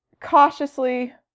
cautiously